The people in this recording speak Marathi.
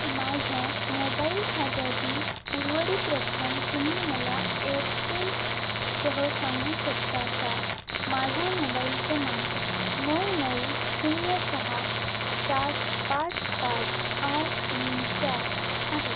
माझ्या मोबाईल खात्यातील उर्वरित रक्कम तुम्ही मला एअरसेल सह सांगू शकता का माझा मोबाईल क्रमांक नऊ नऊ शून्य सहा सात पाच पाच आठ तीन चार आहे